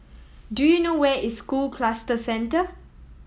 do you know where is School Cluster Centre